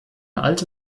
alte